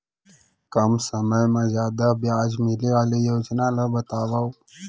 कम समय मा जादा ब्याज मिले वाले योजना ला बतावव